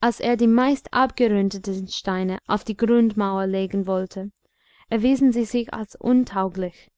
als er die meist abgerundeten steine auf die grundmauer legen wollte erwiesen sie sich als untauglich